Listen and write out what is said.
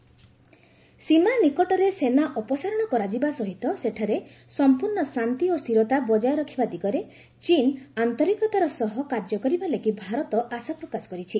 India ଚୀନ୍ border ସୀମା ନିକଟରେ ସେନା ଅପସାରଣ କରାଯିବା ସହିତ ସେଠାରେ ସମ୍ପର୍ଣ୍ଣ ଶାନ୍ତି ଓ ସ୍ଥିରତା ବଜାୟ ରଖିବା ଦିଗରେ ଚୀନ୍ ଆନ୍ତରିକତାର ସହ କାର୍ଯ୍ୟ କରିବା ବୋଲି ଭାରତ ଆଶା ପ୍ରକାଶ କରିଛି